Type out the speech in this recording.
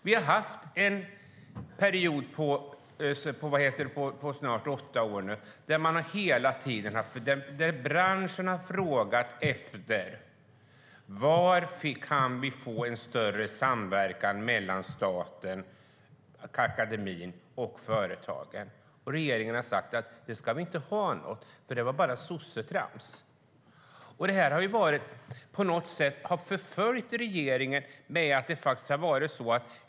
Vi har haft en period om snart åtta år där branschen hela tiden har efterfrågat en större samverkan mellan staten, akademin och företagen, och regeringen har sagt att det ska vi inte ha, för det är bara sossetrams. Detta har förföljt regeringen.